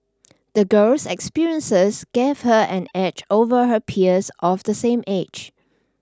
the girl's experiences gave her an edge over her peers of the same age